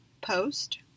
post